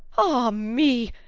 ah me!